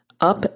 up